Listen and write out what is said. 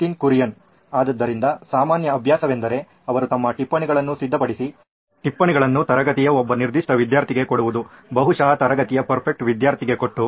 ನಿತಿನ್ ಕುರಿಯನ್ ಆದ್ದರಿಂದ ಸಾಮಾನ್ಯ ಅಭ್ಯಾಸವೆಂದರೆ ಅವರು ತಮ್ಮ ಟಿಪ್ಪಣಿಗಳನ್ನು ಸಿದ್ಧಪಡಿಸಿ ಟಿಪ್ಪಣಿಗಳನ್ನು ತರಗತಿಯ ಒಬ್ಬ ನಿರ್ದಿಷ್ಟ ವಿದ್ಯಾರ್ಥಿಗೆ ಕೊಡುವುದು ಬಹುಶಃ ತರಗತಿಯ ಪರ್ಫೆಕ್ಟ್ ವಿಧ್ಯಾರ್ಥಿಗೆ ಕೊಟ್ಟು